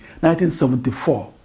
1974